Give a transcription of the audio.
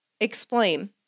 explain